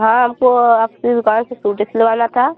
हाँ हमको आपकी दुकान से सूट सिलवाना था